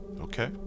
Okay